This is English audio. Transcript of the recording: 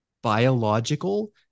biological